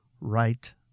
right